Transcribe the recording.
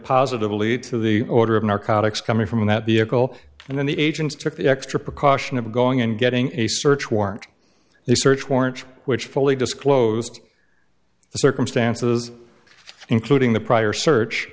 positively to the order of narcotics coming from that vehicle and then the agents took the extra precaution of going and getting a search warrant the search warrant which fully disclosed the circumstances including the prior search